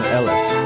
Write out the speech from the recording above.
Ellis